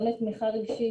גם לתמיכה רגשית.